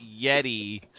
Yeti